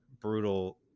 brutal